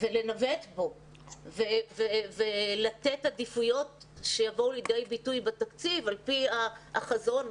לנווט בו ולתת עדיפויות שיבואו לידי ביטוי בתקציב על פי החזון,